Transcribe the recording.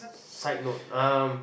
sidenote um